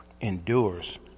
endures